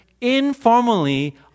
informally